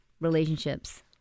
relationships